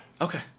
Okay